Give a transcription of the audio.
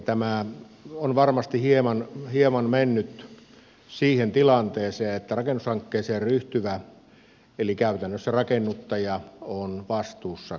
tämä on varmasti mennyt hieman siihen tilanteeseen että rakennushankkeeseen ryhtyvä eli käytännössä rakennuttaja on vastuussa kaikesta